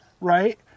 right